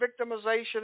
victimization